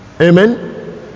Amen